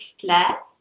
class